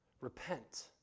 Repent